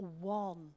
one